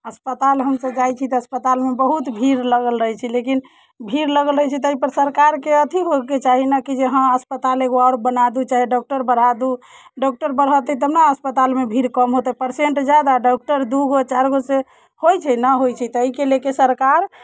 अस्पताल हमसभ जाइत छी तऽ अस्पतालमे बहुत भीड़ लागल रहैत छै लेकिन भीड़ लगल रहैत छै ताहि पर सरकारके अथि होयके चाही ने कि जे हँ अस्पताल एगो आओर बना दू चाहे डॉक्टर बढ़ा दू डॉक्टर बढ़ौतै तब ने अस्पतालमे भीड़ कम होतै परसेन्ट जादा डॉक्टर दूगो चारिगो से होइत छै नहि होइत छै ताहिके लेके सरकार